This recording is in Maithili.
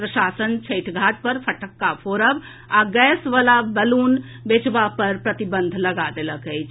प्रशासन छठि घाट पर फटक्का फोड़ब आ गैस वला बैलून बेचबा पर प्रतिबंध लगा देलक अछि